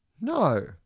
No